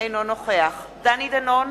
אינו נוכח דני דנון,